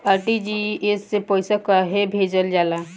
RTGS से पइसा कहे भेजल जाला?